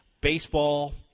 Baseball